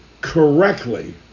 correctly